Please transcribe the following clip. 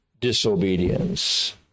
disobedience